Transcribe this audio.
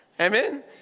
Amen